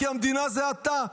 כי המדינה זה אתה.